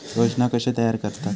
योजना कशे तयार करतात?